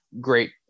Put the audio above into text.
great